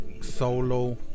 solo